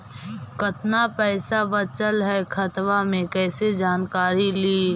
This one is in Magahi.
कतना पैसा बचल है खाता मे कैसे जानकारी ली?